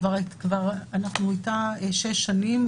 אנחנו איתה כבר שש שנים.